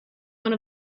one